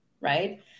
right